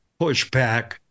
pushback